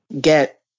get